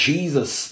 Jesus